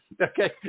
Okay